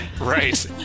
Right